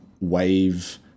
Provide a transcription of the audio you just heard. wave